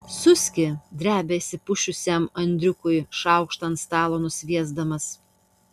suski drebia išsipusčiusiam andriukui šaukštą ant stalo nusviesdamas